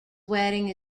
wedding